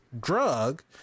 drug